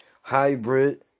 Hybrid